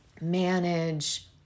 manage